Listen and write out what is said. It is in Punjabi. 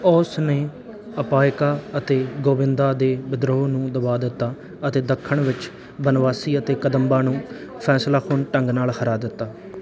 ਉਸ ਨੇ ਅੱਪਾਇਕਾ ਅਤੇ ਗੋਵਿੰਦਾ ਦੇ ਵਿਦਰੋਹ ਨੂੰ ਦਬਾ ਦਿੱਤਾ ਅਤੇ ਦੱਖਣ ਵਿੱਚ ਬਨਵਾਸੀ ਅਤੇ ਕਦੰਬਾਂ ਨੂੰ ਫ਼ੈਸਲਾਕੁੰਨ ਢੰਗ ਨਾਲ ਹਰਾ ਦਿੱਤਾ